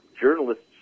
journalists